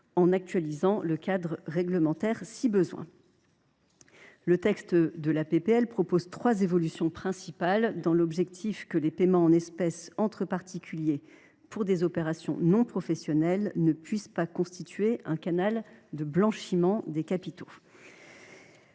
si besoin, le cadre réglementaire. Le texte comporte trois évolutions principales, avec l’objectif que les paiements en espèces entre particuliers pour des opérations non professionnelles ne puissent pas constituer un canal de blanchiment des capitaux.